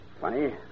Funny